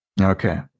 Okay